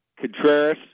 Contreras